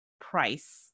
price